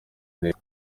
neza